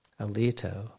Alito